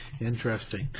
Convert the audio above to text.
Interesting